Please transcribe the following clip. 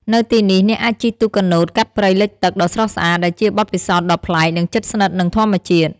នៅទីនេះ អ្នកអាចជិះទូកកាណូតកាត់ព្រៃលិចទឹក ដ៏ស្រស់ស្អាត ដែលជាបទពិសោធន៍ដ៏ប្លែក និងជិតស្និទ្ធនឹងធម្មជាតិ។